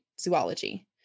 zoology